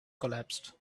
collapsed